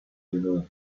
vino